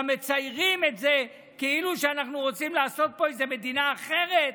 גם מציירים את זה כאילו שאנחנו רוצים לעשות פה איזו מדינה אחרת,